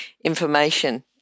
information